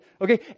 okay